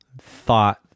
thought